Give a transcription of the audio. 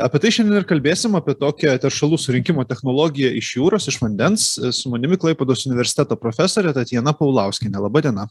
apie tai šiandien ir kalbėsim apie tokią teršalų surinkimo technologiją iš jūros iš vandens su manimi klaipėdos universiteto profesorė tatjana paulauskienė laba diena